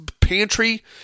pantry